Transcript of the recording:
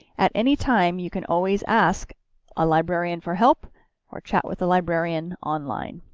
at any time, you can always ask a librarian for help or chat with a librarian online.